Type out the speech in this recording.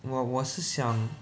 我我是想